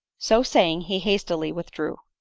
so saying, he hastily withdrew.